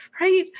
right